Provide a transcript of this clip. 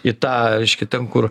į tą reiškia ten kur